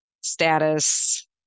status